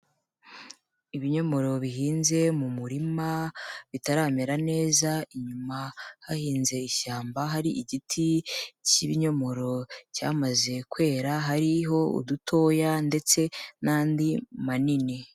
Ibinyomoro bihinze mu murima bitaramera neza, inyuma hahinze ishyamba, hari igiti cy'ibinyomoro cyamaze kwera hariho udutoya ndetse n'andi manini.